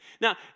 Now